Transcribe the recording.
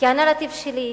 כי הנרטיב שלי,